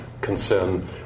concern